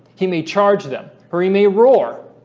he may charge them or he may roar